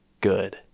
good